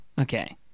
Okay